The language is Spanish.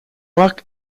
oak